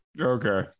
okay